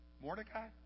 Mordecai